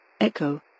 Echo